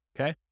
Okay